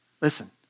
listen